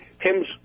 him's